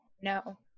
No